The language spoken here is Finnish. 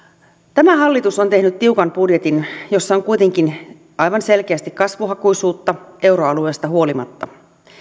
tämä hallitus on tehnyt tiukan budjetin jossa on kuitenkin aivan selkeästi kasvuhakuisuutta euroalueesta huolimatta